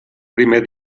primer